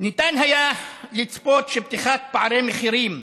ניתן היה לצפות שפתיחת פערי מחירים